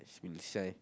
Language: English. will sign